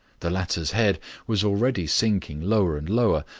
the latter's head was already sinking lower and lower,